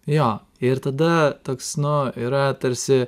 jo ir tada toks nu yra tarsi